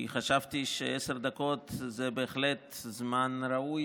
כי חשבתי שעשר דקות זה בהחלט זמן ראוי